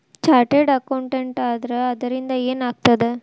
Chartered accountant ಆದ್ರ ಅದರಿಂದಾ ಏನ್ ಆಗ್ತದ?